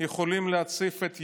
יכולים להציף את יוון,